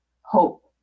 hope